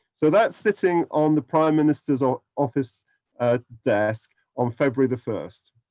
so, that's sitting on the prime minister's ah office desk on february the first.